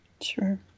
Sure